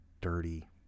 dirty